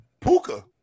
Puka